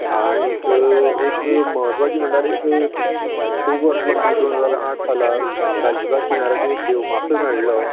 आनीक एक म्हत्वाची म्हळ्यार एक खूब वर्सां फाटी दोन हजार आठ सालान गालजीबाग किनाऱ्याचेर एक देव मासो मेळ्ळो